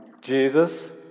Jesus